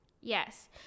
Yes